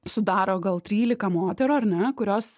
sudaro gal trylika moterų ar ne kurios